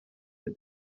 that